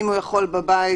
אם הוא יכול בבית,